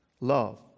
Love